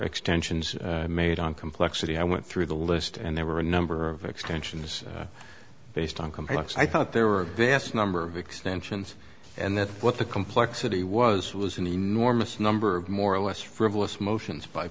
extensions made on complexity i went through the list and there were a number of extensions based on complex i thought there were a vast number of extensions and that's what the complexity was was an enormous number of more or less frivolous motions by